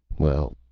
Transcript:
well,